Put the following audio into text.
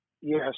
Yes